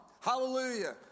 hallelujah